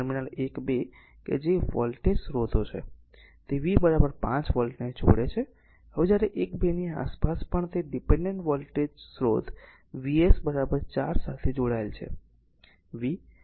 છે તેથી ટર્મિનલ 1 2 કે જે વોલ્ટેજ સ્રોતો છે તે V 5 વોલ્ટ ને જોડે છે હવે જ્યારે 1 2 ની આસપાસ પણ તે ડીપેનડેન્ટ વોલ્ટેજ સ્રોત V s 4 સાથે જોડાયેલ છે